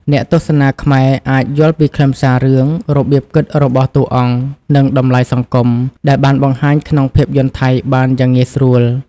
អ្នកទស្សនាខ្មែរអាច យល់ពីខ្លឹមសាររឿង របៀបគិតរបស់តួអង្គ និងតម្លៃសង្គម ដែលបានបង្ហាញក្នុងភាពយន្តថៃបានយ៉ាងងាយស្រួល។